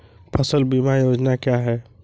फसल बीमा योजना क्या है?